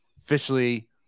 officially